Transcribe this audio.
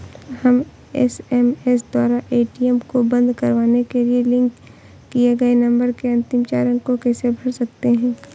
हम एस.एम.एस द्वारा ए.टी.एम को बंद करवाने के लिए लिंक किए गए नंबर के अंतिम चार अंक को कैसे भर सकते हैं?